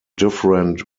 different